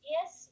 Yes